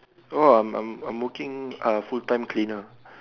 oh I'm I'm I'm working uh full time cleaner